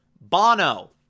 Bono